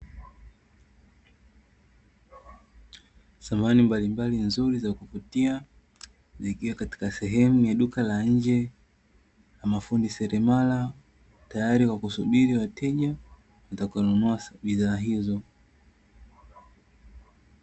Samani mbalimbali nzuri za kuvutia zikiwa katika sehemu ya duka la njee na mafundi seremala tayali kwa kusubili wateja watakao nunua bidhaa hizo.